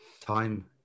time